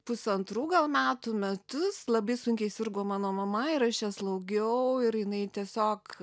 pusantrų metų metus labai sunkiai sirgo mano mama ir aš ją slaugiau ir jinai tiesiog